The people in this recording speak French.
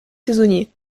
saisonniers